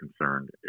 concerned